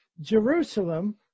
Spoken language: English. Jerusalem